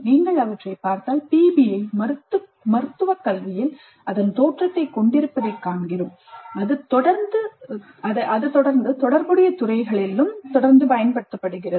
நீங்கள் அவற்றைப் பார்த்தால் PBI மருத்துவக் கல்வியில் அதன் தோற்றத்தைக் கொண்டிருப்பதைக் காண்கிறோம் அது தொடர்ந்து தொடர்புடைய துறைகளிலும் பயன்படுத்தப்படுகிறது